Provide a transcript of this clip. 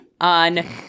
on